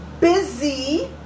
busy